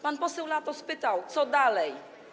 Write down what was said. Pan poseł Latos pytał, co dalej.